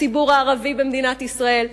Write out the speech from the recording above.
הציבור הערבי במדינת ישראל,